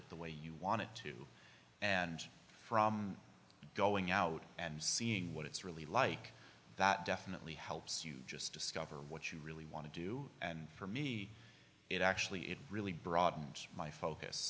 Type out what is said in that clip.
it the way you wanted to and from going out and seeing what it's really like that definitely helps you just discover what you really want to do and for me it actually it really broadened my focus